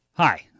Hi